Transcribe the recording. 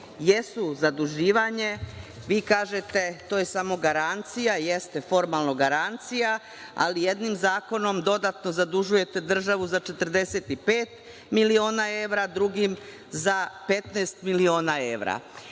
jesu zaduživanje. Vi kažete – to je samo garancija. Jeste formalno garancija, ali jednim zakonom dodatno zadužujete državu za 45 miliona evra, drugim za 15 miliona